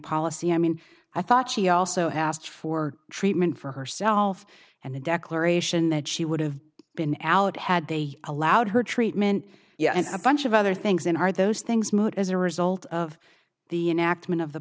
policy i mean i thought she also asked for treatment for herself and a declaration that she would have been out had they allowed her treatment yet as a bunch of other things in are those things moot as a result of the enactment of the